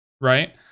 right